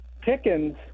Pickens